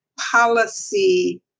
policy